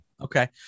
Okay